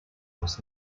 was